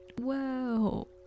whoa